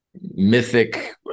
mythic